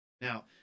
Now